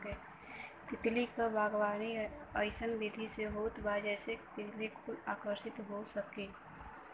तितली क बागवानी अइसन विधि से होत बा जेसे तितली कुल आकर्षित हो सके